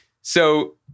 So-